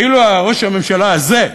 ואילו ראש הממשלה הזה,